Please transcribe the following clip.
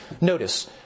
notice